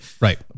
Right